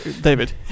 David